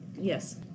Yes